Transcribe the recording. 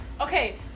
Okay